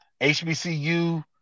HBCU